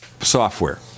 software